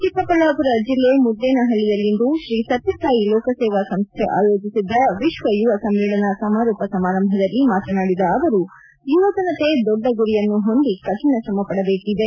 ಚಿಕ್ಕಬಳ್ಳಾಪುರ ಜಿಲ್ಲೆ ಮುದ್ದೇನಹಳ್ಳಿಯಲ್ಲಿಂದು ಶ್ರೀ ಸತ್ಯಸಾಯಿ ಲೋಕಸೇವಾ ಸಂಸ್ಥೆ ಆಯೋಜಿಸಿದ್ದ ವಿಶ್ವ ಯುವ ಸಮ್ಮೇಳನ ಸಮಾರೋಪ ಸಮಾರಂಭದಲ್ಲಿ ಮಾತನಾಡಿದ ಅವರು ಯುವಜನತೆ ದೊಡ್ಡ ಗುರಿಯನ್ನು ಹೊಂದಿ ಕಠಿಣ ಶ್ರಮಪದಬೇಕಾಗಿದೆ